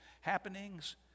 Happenings